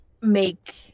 Make